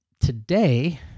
today